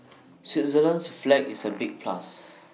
Switzerland's flag is A big plus